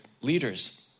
leaders